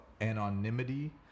anonymity